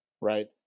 Right